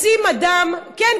לשים אדם, על החוק הזה?